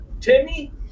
Timmy